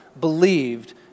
believed